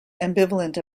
ambivalent